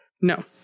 No